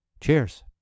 Cheers